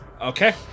Okay